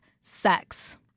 sex